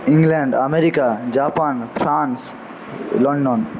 England America Japan France London